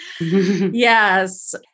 Yes